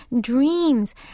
Dreams